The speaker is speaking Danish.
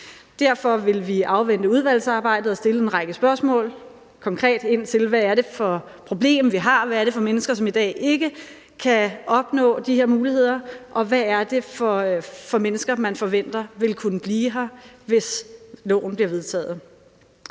Derfor vil vi afvente udvalgsarbejdet og stille en række spørgsmål konkret ind til, hvad det er for et problem, vi har, og hvad det er for mennesker, som i dag ikke kan opnå de her muligheder, og hvad det er for mennesker man forventer vil kunne blive her, hvis loven bliver vedtaget.